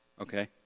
Okay